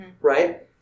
right